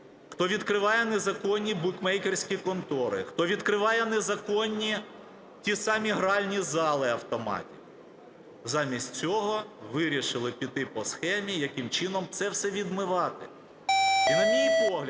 хто відкриває незаконні букмекерські контори, хто відкриває незаконні ті самі гральні зали автоматні, замість цього вирішили піти по схемі, яким чином це все відмивати. І на мій погляд,